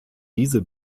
diese